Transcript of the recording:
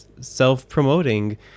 self-promoting